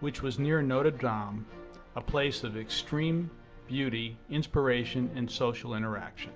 which was near notre dame um a place of extreme beauty, inspiration, and social interaction.